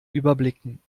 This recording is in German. überblicken